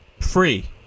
free